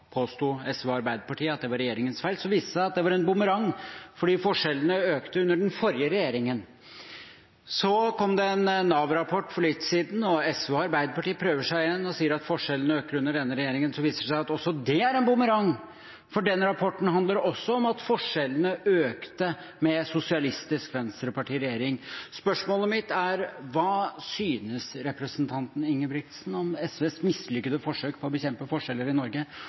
påsto SV og Arbeiderpartiet at det var regjeringens feil. Så viste det seg at det var en bumerang, fordi forskjellene økte under den forrige regjeringen. Så kom det en Nav-rapport for litt siden, og SV og Arbeiderpartiet prøver seg igjen og sier at forskjellene øker under denne regjeringen. Og så viser det seg at også det er en bumerang, for den rapporten handler også om at forskjellene økte med Sosialistisk Venstreparti i regjering. Spørsmålet mitt er: Hva synes representanten Ingebrigtsen om SVs mislykkede forsøk på å bekjempe forskjeller i Norge,